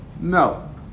No